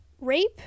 rape